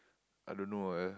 I don't know eh